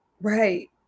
Right